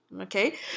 Okay